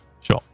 Sure